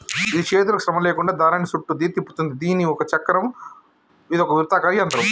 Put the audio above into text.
గిది చేతులకు శ్రమ లేకుండా దారాన్ని సుట్టుద్ది, తిప్పుతుంది దీని ఒక చక్రం ఇదొక వృత్తాకార యంత్రం